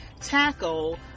tackle